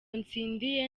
ntsindiye